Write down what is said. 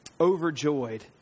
overjoyed